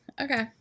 Okay